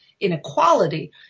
inequality